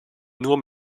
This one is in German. nur